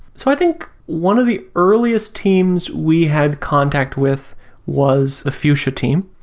so i think one of the earliest teams we had contact with was the fuchsia team.